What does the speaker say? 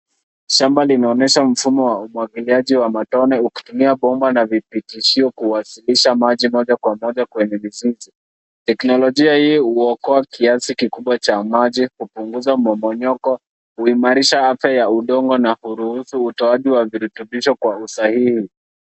Shamba linaonyesha mfumo wa umwagiliaji wa matone ukitumia bomba na vipitilishio kuwasilisha maji moja kwa moja kwenye mizizi. Teknolojia hii huokoa kiasi kikubwa cha maji, kupunguza umomonyoko, huimarisha afya ya udongo na huruhusu utoaji wa virutubisho kwa usahihi.